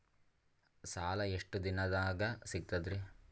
ಸಾಲಾ ಎಷ್ಟ ದಿಂನದಾಗ ಸಿಗ್ತದ್ರಿ?